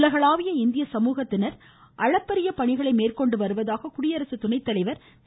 உலகளாவிய இந்திய சமூகத்தினர் அளப்பரிய பணிகளை மேற்கொண்டு வருவதாக குடியரசுத்துணை தலைவர் திரு